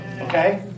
okay